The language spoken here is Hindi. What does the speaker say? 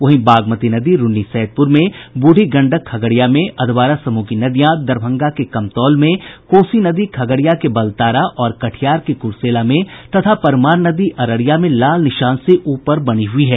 वहीं बागमती नदी रून्नीसैदपुर में ब्रढ़ी गंडक खगड़िया में अधवारा समूह की नदियां दरभंगा के कमतौल में कोसी नदी खगड़िया के बलतारा और कटिहार के कुरसेला में तथा परमान नदी अररिया में लाल निशान से ऊपर बनी हुयी है